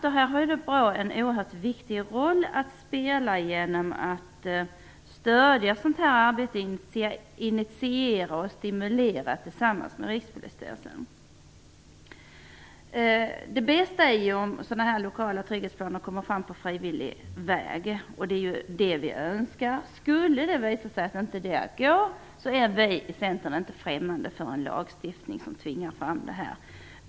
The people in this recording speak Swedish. BRÅ har här tillsammans med Rikspolisstyrelsen en oerhört viktig roll spela genom att stödja, initiera och stimulera ett sådant arbete. Det bästa vore om sådana lokala trygghetsplaner kommer fram på frivillig väg, och det är vad vi önskar. Skulle det visa sig att det inte går är vi i Centern inte främmande för en lagstiftning som tvingar fram planer.